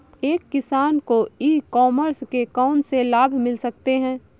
एक किसान को ई कॉमर्स के कौनसे लाभ मिल सकते हैं?